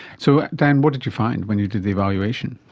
so dan, what did you find when you did the evaluation?